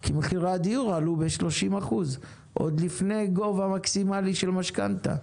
כי מחירי הדיור עלו ב-30% עוד לפני הגובה המקסימלי של המשכנתה,